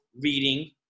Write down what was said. Reading